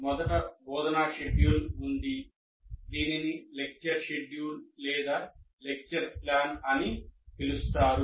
మొదట బోధనా షెడ్యూల్ ఉంది దీనిని లెక్చర్ షెడ్యూల్ లేదా లెక్చర్ ప్లాన్ అని పిలుస్తారు